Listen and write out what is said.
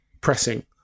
pressing